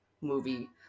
movie